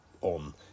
on